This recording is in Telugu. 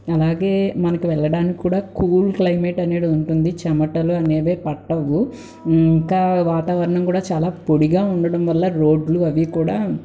అలాగే మనకు వెళ్ళడానికి కూడా కూల్ క్లైమేట్ అనేది ఉంటుంది చెమటలు అనేవి పట్టవు ఇంకా వాతావరణం కూడా చాల పొడిగా ఉండడం వల్ల రోడ్లు అవి కూడా